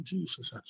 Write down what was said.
Jesus